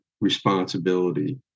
responsibility